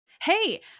Hey